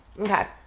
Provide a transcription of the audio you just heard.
Okay